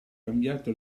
cambiato